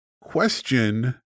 Question